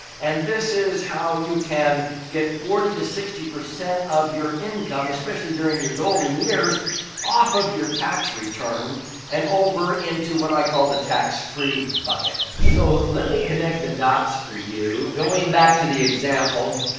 and this is how you can get forty to sixty of your income especially during your golden years off of your tax return and over into what i call the tax-free bucket. so, let me connect the dots for you. going back to the example,